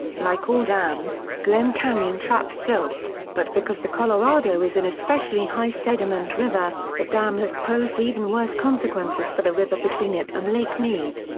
like all dams, glen canyon traps silt, but because the colorado is an especially high-sediment river, the dam has posed even worse consequences for the river between it and lake mead.